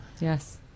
yes